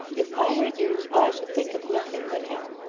if i were you, i should think of nothing but him,